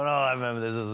i remember this, this